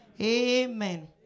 Amen